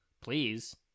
Please